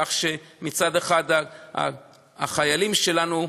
כך שמצד אחד החיילים שלנו,